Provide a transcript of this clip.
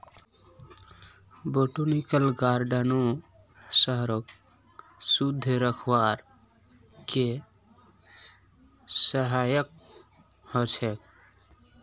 botanical गार्डनो शहरक शुद्ध रखवार के सहायक ह छेक